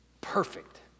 Perfect